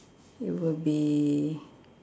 it would be